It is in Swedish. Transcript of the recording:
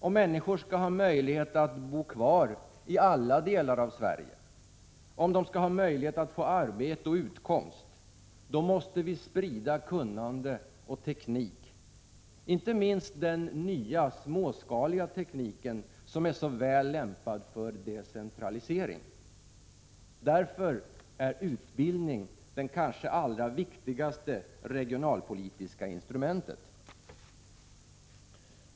Om människor i alla delar av Sverige skall ha möjlighet att bo kvar och möjlighet att få arbete och utkomst, då måste vi sprida kunnande och teknik, inte minst den nya, småskaliga tekniken, som är så väl lämpad för decentralisering. Därför är utbildning det kanske allra viktigaste regionalpolitiska instrumentet.